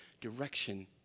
direction